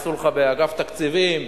יעשו לך באגף תקציבים,